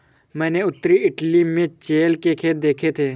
मैंने उत्तरी इटली में चेयल के खेत देखे थे